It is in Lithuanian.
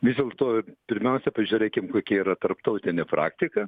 vis dėl to ir pirmiausia pažiūrėkim kokia yra tarptautinė praktika